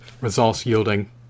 results-yielding